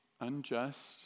unjust